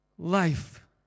life